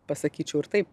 pasakyčiau ir taip